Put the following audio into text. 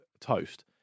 toast